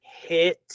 Hit